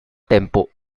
tempo